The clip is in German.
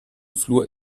flur